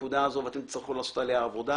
ואתם תצטרכו לעשות עליה עבודה,